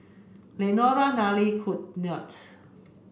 Lenora Nelie Knute